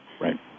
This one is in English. Right